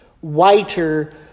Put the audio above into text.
whiter